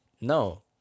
No